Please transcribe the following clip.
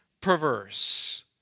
perverse